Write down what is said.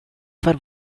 for